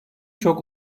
çok